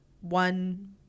one